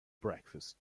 breakfast